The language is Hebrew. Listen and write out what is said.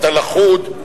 אתה לכוד.